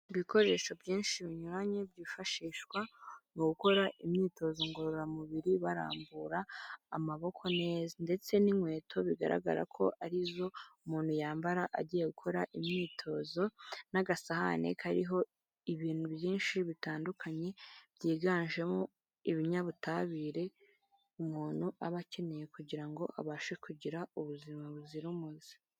Ibikoresho byinshi binyuranye byifashishwa mu gukora imyitozo ngororamubiri barambura amaboko neza ndetse n'inkweto bigaragara ko ari zo umuntu yambara agiye gukora imyitozo n'agasahane kariho ibintu byinshi bitandukanye byiganjemo ibinyabutabire, umuntu aba akeneye kugira ngo abashe kugira ubuzima buzira umuze.